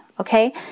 Okay